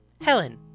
Helen